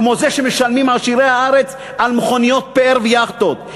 כמו זה שמשלמים עשירי ארץ על מכוניות פאר ויאכטות.